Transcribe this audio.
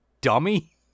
dummy